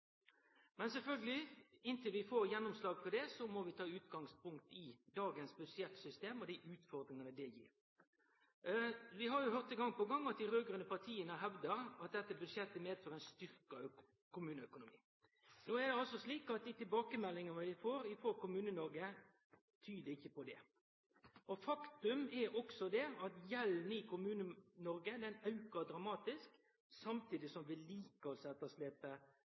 Men sjølvsagt: Inntil vi får gjennomslag for dette, må vi ta utgangspunkt i dagens budsjettsystem og dei utfordringane det gir. Vi har gong på gong høyrt dei raud-grøne partia hevde at dette budsjettet fører til ein styrkt kommuneøkonomi. Dei tilbakemeldingane eg får frå Kommune-Noreg, tyder ikkje på det. Faktum er at gjelda i Kommune-Noreg aukar dramatisk, samtidig som